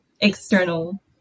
external